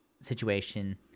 situation